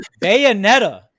Bayonetta